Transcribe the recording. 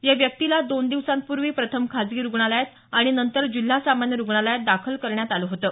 या व्यक्तीला दोन दिवसापूर्वी प्रथम खासगी रुग्णालयात आणि नंतर जिल्हा सामान्य रुग्णालयात दाखल करण्यात आलं होतं